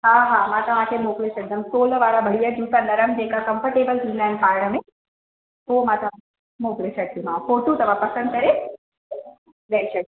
हा हा मां तव्हांखे मोकिले छॾिदमि सोल वारा बढ़िया जूता नरम जेका कंफ़र्टेबल थींदा आहिनि पाएण में उओ मां तव्हांखे मोकिले छॾिदीमाव फ़ोटू अथव पसंदि करे ॾई छॾु